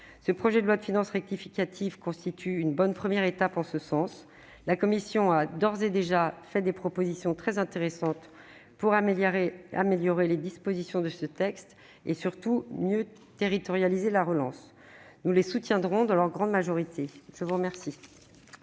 Ce projet de loi de finances rectificative constitue une bonne première étape en ce sens. La commission des finances a d'ores et déjà fait des propositions très intéressantes pour améliorer les dispositions du texte et surtout mieux territorialiser la relance. Nous les soutiendrons dans leur grande majorité. La parole